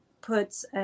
puts